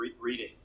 reading